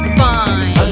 fine